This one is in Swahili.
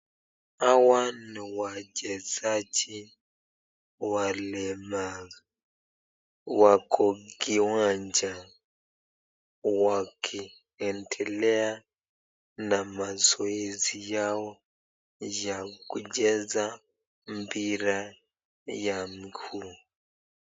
Hawa ni wachezaji walemavu wako kiwanja wakiendelea na mazoezi Yao ya kucheza mpira ya miguu.